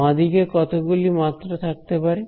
বাঁদিকে কতগুলি মাত্রা থাকতে পারে